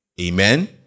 Amen